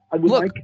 Look